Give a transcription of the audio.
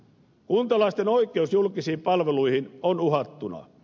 kuntalaisten oikeus julkisiin palveluihin on uhattuna